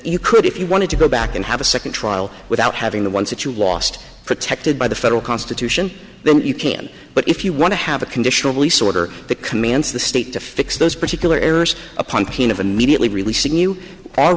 you could if you wanted to go back and have a second trial without having the ones that you lost protected by the federal constitution then you can but if you want to have a conditional release order to commence the state to fix those particular errors a pumpkin of a mediately releasing you